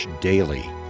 daily